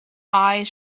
eyes